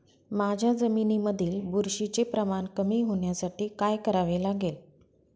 माझ्या जमिनीमधील बुरशीचे प्रमाण कमी होण्यासाठी काय करावे लागेल?